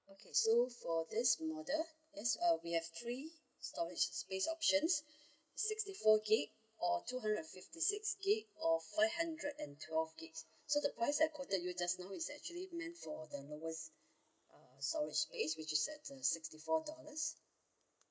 okay so for this model yes uh we have three storage space options sixty four gig or two hundred and fifty six gig or five hundred and twelve gigs so the price I quoted you just now is actually meant for the lowest uh storage space which is at the sixty four dollars